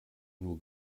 nur